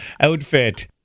outfit